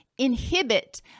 inhibit